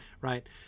right